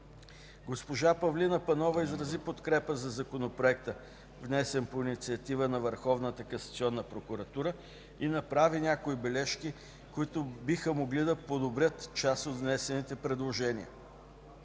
Госпожа Павлина Панова изрази подкрепа за законопроекта, внесен по инициатива на Върховната касационна прокуратура и направи някои бележки, които биха могли да подобрят част от внесените предложения.